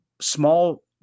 small